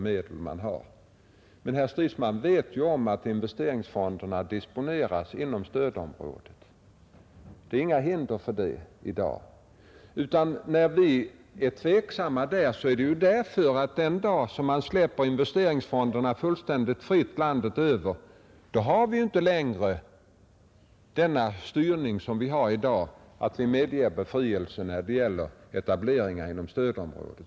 Men herr Stridsman vet ju att investeringsfonderna kan disponeras inom stödområdet; det är inga hinder för det i dag. Att vi är tveksamma inför ett generellt frisläppande beror på att den dag man släpper investeringsfonderna fria landet över har vi inte längre samma möjlighet till styrning som i dag, när vi medger befrielse vid etableringar inom stödområdet.